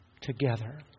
together